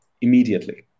immediately